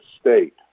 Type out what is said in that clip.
state